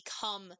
become